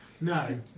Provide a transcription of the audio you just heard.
No